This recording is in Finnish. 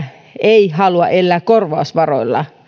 ei halua elää korvausvaroilla